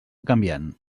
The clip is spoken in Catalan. canviant